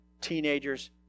teenagers